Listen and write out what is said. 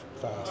fast